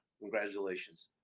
Congratulations